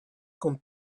compte